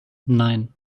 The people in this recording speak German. nein